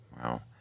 wow